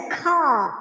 call